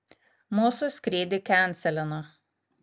mūsų skrydį kenselino